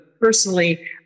personally